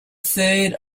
third